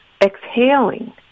exhaling